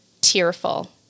tearful